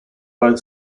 both